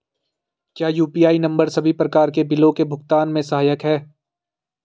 क्या UPI number सभी प्रकार के बिलों के भुगतान में सहायक हैं?